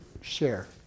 Share